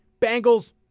Bengals